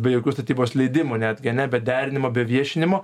be jokių statybos leidimų netgi ane be derinimo be viešinimo